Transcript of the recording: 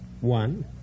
One